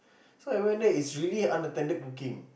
so I went there is really unattended cooking